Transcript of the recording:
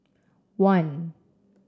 one